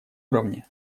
уровне